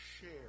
share